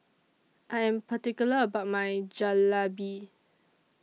I Am particular about My Jalebi